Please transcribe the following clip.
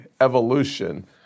evolution